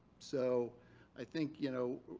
so i think you know.